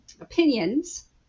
opinions